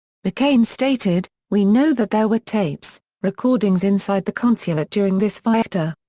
mccain stated, we know that there were tapes, recordings inside the consulate during this fight. ah